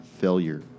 failure